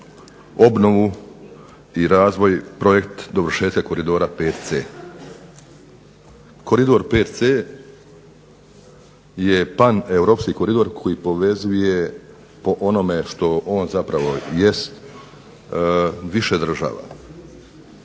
obnovu i projekt dovršetak Koridora 5c. Koridor 5c je paneuropski koridor koji povezuje po onome što on zapravo jest više država.